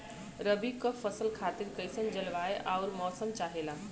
रबी क फसल खातिर कइसन जलवाय अउर मौसम चाहेला?